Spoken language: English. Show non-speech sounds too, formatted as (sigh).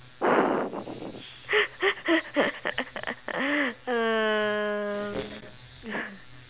(laughs) um